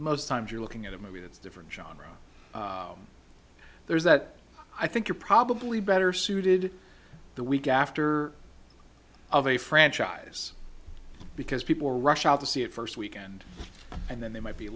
most times you're looking at a movie that's different genre there's that i think you're probably better suited the week after of a franchise because people rush out to see it first weekend and then they might be